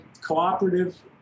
cooperative